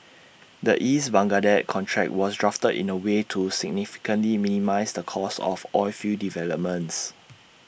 the east Baghdad contract was drafted in A way to significantly minimise the cost of oilfield developments